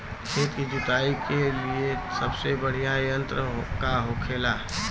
खेत की जुताई के लिए सबसे बढ़ियां यंत्र का होखेला?